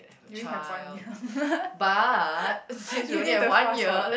you only have one year you need to fast forward